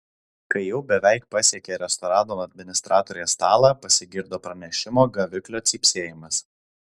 kai jau beveik pasiekė restorano administratorės stalą pasigirdo pranešimo gaviklio cypsėjimas